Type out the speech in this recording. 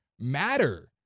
matter